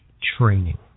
training